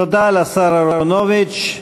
תודה לשר אהרונוביץ.